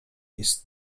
jest